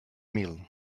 mil